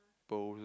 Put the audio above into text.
pearls ah